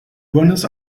buenos